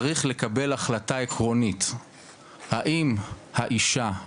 צריך לקבל החלטה עקרונית האם האישה,